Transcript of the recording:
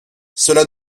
cela